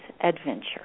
adventure